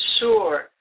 Sure